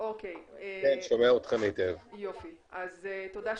כפי שנאמר בתחילת הדיון על ידי אחד מחברי